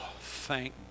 thank